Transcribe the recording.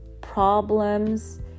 problems